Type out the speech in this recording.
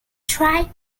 try